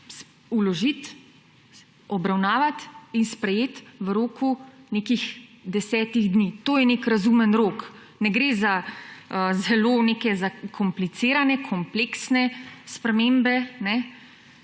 vložiti, obravnavati in sprejeti v roku nekih 10 dni. To je nek razumen rok. Ne gre za zelo neke zakomplicirane, kompleksne spremembe, gre